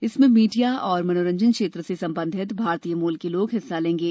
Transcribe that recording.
इसमें मीडिया और मनोरंजन क्षेत्र से संबंधित भारतीय मूल के लोग हिस्सा लेंगे